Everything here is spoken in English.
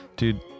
Dude